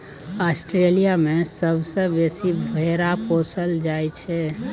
Australia मे सबसँ बेसी भेरा पोसल जाइ छै